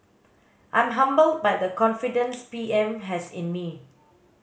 I'm humbled by the confidence P M has in me